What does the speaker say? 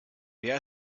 wer